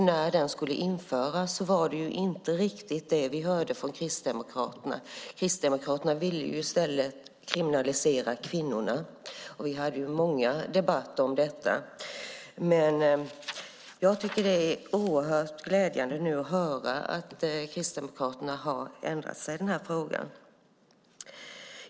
När den skulle införas var det nämligen inte riktigt det vi hörde från Kristdemokraterna. Kristdemokraterna ville i stället kriminalisera kvinnorna. Vi hade många debatter om detta. Men jag tycker att det är oerhört glädjande att nu höra att Kristdemokraterna har ändrat sig i den här frågan.